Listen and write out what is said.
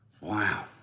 Wow